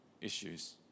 issues